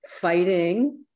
fighting